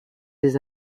des